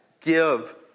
give